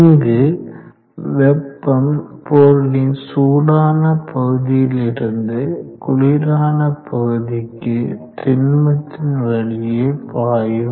இங்கு வெப்பம் பொருளின் சூடான பகுதியிலிருந்து குளிரான பகுதிக்கு திண்மத்தின் வழியே பாயும்